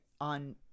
on